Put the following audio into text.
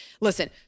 Listen